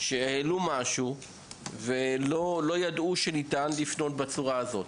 שהעלו נקודה ולא ידעו שניתן לפנות בצורה הזאת.